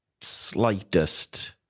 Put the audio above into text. slightest